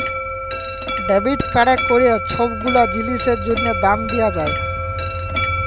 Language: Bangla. ডেবিট কাড়ে ক্যইরে ছব গুলা জিলিসের জ্যনহে দাম দিয়া যায়